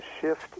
shift